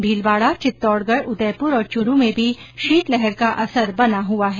भीलवाड़ा चित्तौड़गढ उदयपुर और चूरू में भी शीतलहर का असर बना हुआ है